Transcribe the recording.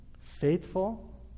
Faithful